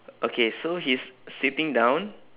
okay so he's sitting down